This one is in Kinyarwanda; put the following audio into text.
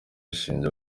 ashinja